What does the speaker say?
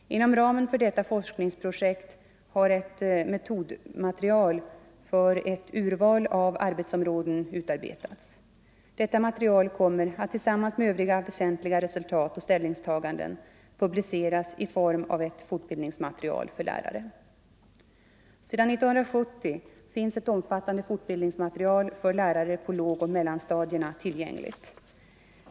Inom ramen för detta forskningsprojekt har ett metodmaterial för ett urval av arbetsområden utarbetats. Detta material kommer att tillsammans med övriga väsentliga resultat och ställningstaganden publiceras i form av ett fortbildningsmaterial för lärare. Sedan 1970 finns ett omfattande fortbildningsmaterial för lärare på lågoch mellanstadierna tillgängligt.